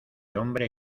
hombre